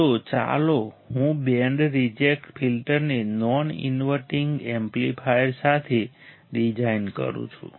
તો ચાલો હું બેન્ડ રિજેક્ટ ફિલ્ટરને નોન ઇન્વર્ટિંગ એમ્પ્લીફાયર સાથે ડિઝાઇન કરું છું